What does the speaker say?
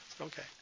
Okay